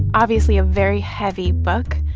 obviously, a very heavy book.